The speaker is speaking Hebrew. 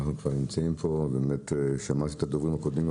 שמעתי את הדוברים הקודמים,